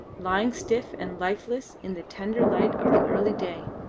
lying stiff and lifeless in the tender light of the early day.